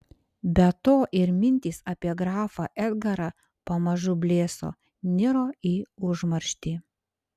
be to ir mintys apie grafą edgarą pamažu blėso niro į užmarštį